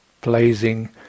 blazing